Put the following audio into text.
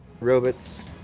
Robots